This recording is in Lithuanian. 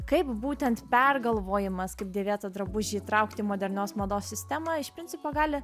kaip būtent pergalvojimas kaip dėvėtą drabužį įtraukti į modernios mados sistemą iš principo gali